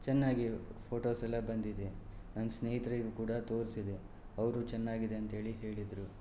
ಚೆನ್ನಾಗಿ ಫೋಟೋಸೆಲ್ಲ ಬಂದಿದೆ ನನ್ನ ಸ್ನೇಹಿತರಿಗೆ ಕೂಡ ತೋರಿಸಿದೆ ಅವರೂ ಚೆನ್ನಾಗಿ ಇದೆ ಅಂತ ಹೇಳಿ ಹೇಳಿದರು